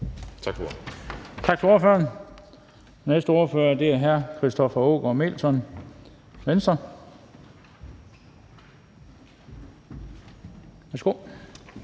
Tak til ordføreren. Den næste ordfører er hr. Christoffer Aagaard Melson, Venstre. Værsgo.